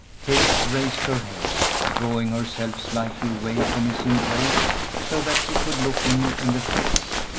kate raised her head, drawing herself slightly away from his embrace so that she could look him in the face.